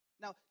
Now